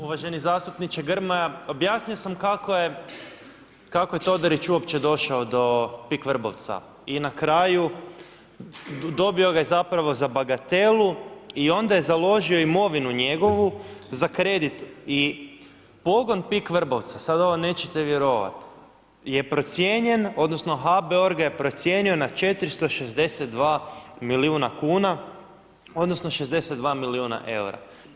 Uvaženi zastupniče Grmoja, objasnio sam kako je Todorić uopće došao do PIK Vrbovca i na kraju dobio ga je zapravo za bagatelu i onda je založio imovinu njegovu za kredit i pogon PIK Vrbovca, sad ovo nećete vjerovat, je procijenjen odnosno HBOR ga je procijenio na 462 milijuna kuna odnosno 62 milijuna eura.